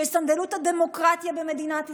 שיסנדלו את הדמוקרטיה במדינת ישראל.